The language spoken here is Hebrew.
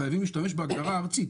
חייבים להשתמש בהגדרה הארצית,